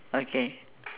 okay